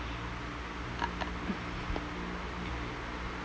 uh